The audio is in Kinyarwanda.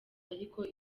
ariko